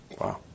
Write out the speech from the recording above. Wow